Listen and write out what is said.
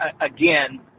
again